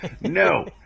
No